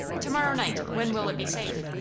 to-morrow night. when will it be safe?